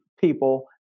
people